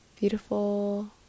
beautiful